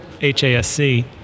HASC